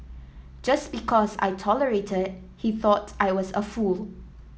just because I tolerated he thought I was a fool